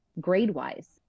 grade-wise